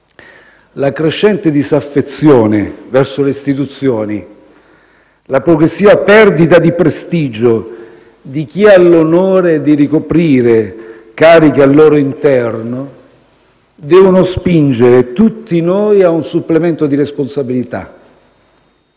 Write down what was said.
La crescente disaffezione verso le istituzioni, la progressiva perdita di prestigio di chi ha l'onore di ricoprire cariche al loro interno devono spingere tutti noi a un supplemento di responsabilità,